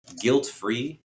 guilt-free